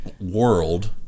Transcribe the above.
world